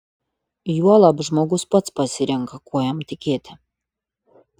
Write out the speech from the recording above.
juolab žmogus pats pasirenka kuo jam tikėti